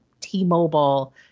T-Mobile